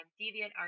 DeviantArt